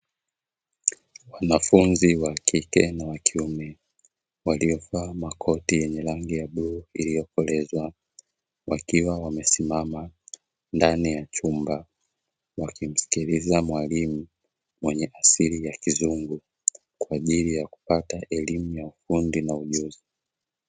Wanafunzi wakike na wakiume waliovaa makoti ya rangi ya bluu iliyokoleza wakiwa wamesimama ndani ya chumba, wakimsikiliza mwalimu mwenye asili ya kizungu kwa ajili ya kupata elimu ya ufundi na ujuzi.